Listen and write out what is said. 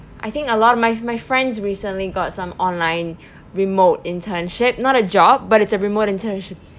I think a lot of my my friends recently got some online remote internship not a job but it's a remote internship